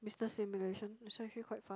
business stimulation is actually quite fun